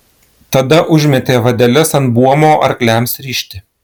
tada užmetė vadeles ant buomo arkliams rišti